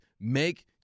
Make